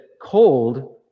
cold